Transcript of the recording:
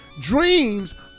Dreams